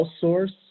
source